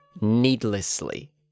needlessly